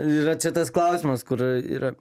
ir yra čia tas klausimas kur yra